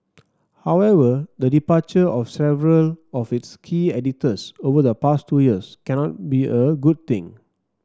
however the departure of several of its key editors over the past two years cannot be a good thing